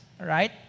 Right